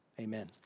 amen